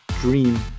dream